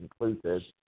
inclusive